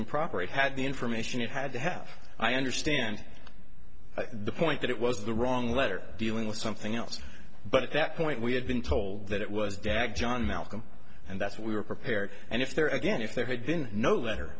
improper it had the information it had to have i understand the point that it was the wrong letter dealing with something else but at that point we had been told that it was dad john malcolm and that's what we were prepared and if there again if there had been no letter